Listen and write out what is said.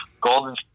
Golden